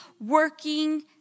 working